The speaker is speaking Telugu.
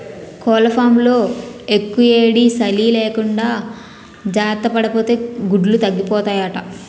కోళ్లఫాంలో యెక్కుయేడీ, సలీ లేకుండా జార్తపడాపోతే గుడ్లు తగ్గిపోతాయట